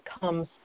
comes